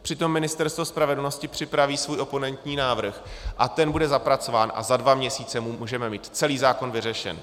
Přitom Ministerstvo spravedlnosti připraví svůj oponentní návrh a ten bude zapracován a za dva měsíce můžeme mít celý zákon vyřešen.